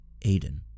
Aiden